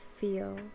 Feel